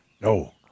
No